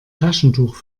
taschentuch